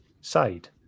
side